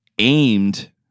aimed